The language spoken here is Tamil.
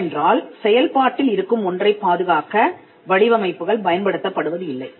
ஏனென்றால் செயல்பாட்டில் இருக்கும் ஒன்றைப் பாதுகாக்க வடிவமைப்புகள் பயன்படுத்தப்படுவதில்லை